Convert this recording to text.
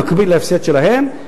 במקביל להפסד שלהם,